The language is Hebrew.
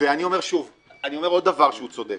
ואני אומר עוד דבר בו הוא צודק